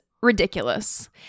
ridiculous